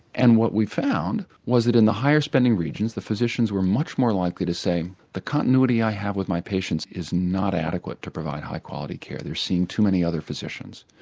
and what we found was that in the higher spending regions the physicians were much more likely to say the continuity i have with my patients is not adequate to provide high quality care, they are seeing too many other physicians'.